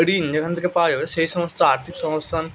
ঋণ যেখান থেকে পাওয়া যাবে সেই সমস্ত আর্থিক সংস্থান